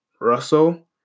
Russell